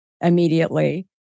immediately